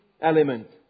element